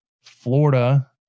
Florida